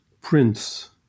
prince